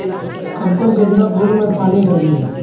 कब कब गेंदा फुल में पानी डाली?